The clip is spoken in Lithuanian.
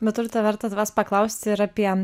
bet urte verta tavęs paklausti ir apie